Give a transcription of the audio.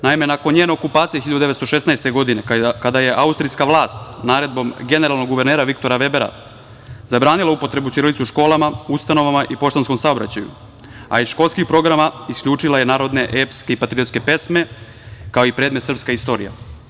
Naime, nakon njene okupacije 1916. godine, kada je austrijska vlast naredbom generalnog guvernera Viktora Vebera zabranila upotrebu ćirilice u školama, ustanovama i poštanskom saobraćaju, a iz školskih programa isključila je narodne epske i patriotske pesme, kao i predmet "srpska istorija"